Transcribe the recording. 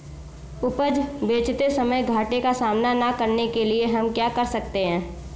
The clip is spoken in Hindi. उपज बेचते समय घाटे का सामना न करने के लिए हम क्या कर सकते हैं?